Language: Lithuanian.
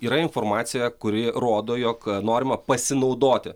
yra informacija kuri rodo jog norima pasinaudoti